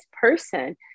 person